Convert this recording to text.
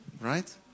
right